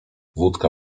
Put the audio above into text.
wódka